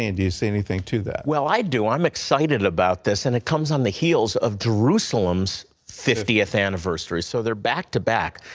and do you see anything to that? well, i do. i'm excited about this. and it comes on the heels of jerusalem's fiftieth anniversary, so they're back-to-back,